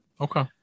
Okay